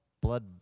blood